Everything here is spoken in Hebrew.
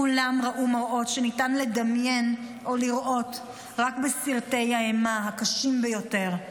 כולם ראו מראות שניתן לדמיין או לראות רק בסרטי האימה הקשים ביותר.